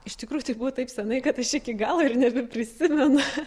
iš tikrųjų tai buvo taip senai kad aš iki galo ir nebeprisimenu